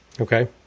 Okay